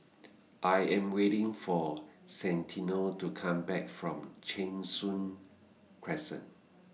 I Am waiting For Santino to Come Back from Cheng Soon Crescent